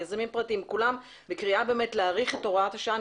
יזמים פרטיים כולם בקריאה להאריך את הוראת השעה.